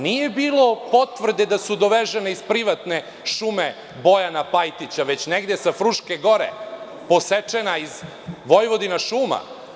Nije bilo potvrde da su dovežena iz privatne šume Bojana Pajtića, već negde sa Fruške gore, posečena iz „Vojvodinašuma“